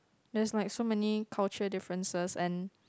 there's like so many culture differences and